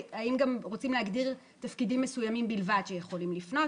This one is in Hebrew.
והאם רוצים להגדיר תפקידים מסוימים בלבד שיכולים לפנות.